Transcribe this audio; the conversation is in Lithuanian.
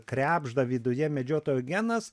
krebžda viduje medžiotojo genas